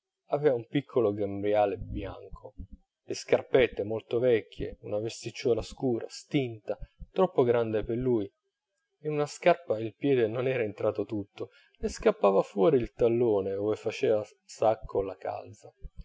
aveva un piccolo grembiale bianco le scarpette molto vecchie una vesticciuola scura stinta troppo grande per lui in una scarpa il piede non era entrato tutto ne scappava fuori il tallone ove faceva sacco la calza